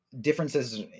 differences